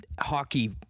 hockey